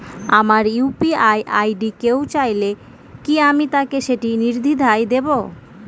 আমার UPI ID কেউ চাইলে কি আমি তাকে সেটি নির্দ্বিধায় দেব?